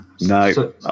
No